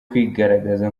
kwigaragaza